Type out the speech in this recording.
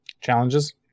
Challenges